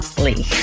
Lee